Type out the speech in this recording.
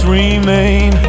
remain